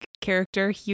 character